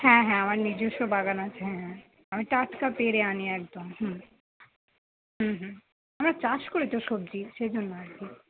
হ্যাঁ হ্যাঁ আমার নিজস্ব বাগান আছে হ্যাঁ আমি টাটকা পেড়ে আনি একদম আমরা চাষ করি তো সবজির সেই জন্য আরকি